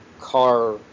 car